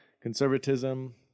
conservatism